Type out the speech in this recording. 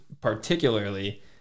particularly